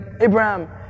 Abraham